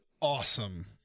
awesome